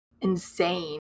insane